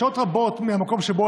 מהמקום שבו